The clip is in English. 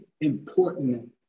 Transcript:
important